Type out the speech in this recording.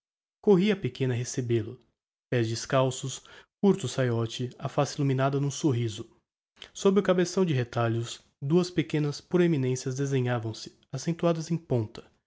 corria a pequena a recebel-o pés descalços curto o saiote a face illuminada n'um sorriso sob o cabeção de retalhos duas pequenas proeminencias desenhavam-se accentuadas em ponta